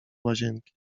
łazienki